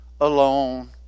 alone